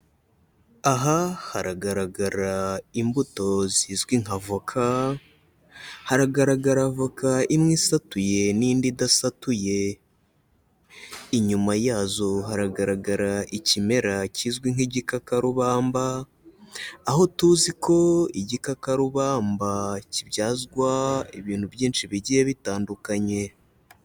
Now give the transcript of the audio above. Aha haragaragara imbuto zizwi nka voka, haragaragara voka imwe isatuye n'indi idasatuye inyuma yazo haragaragara ikimera kizwi nk'igikakarubamba, aho tuzi ko igikakarubamba kibyazwa ibintu byinshi bigiye bitandukanye.